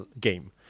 game